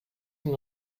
sind